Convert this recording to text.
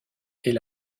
est